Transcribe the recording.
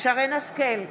שרן מרים השכל,